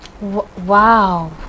Wow